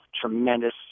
tremendous